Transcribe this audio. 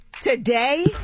Today